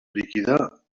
líquida